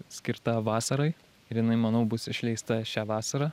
skirta vasarai ir jinai manau bus išleista šią vasarą